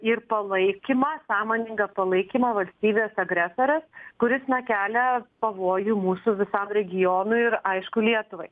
ir palaikymą sąmoningą palaikymą valstybės agresorės kuris na kelia pavojų mūsų visam regionui ir aišku lietuvai